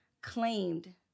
claimed